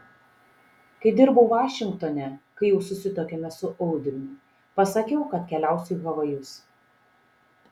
kai dirbau vašingtone kai jau susituokėme su audriumi pasakiau kad keliausiu į havajus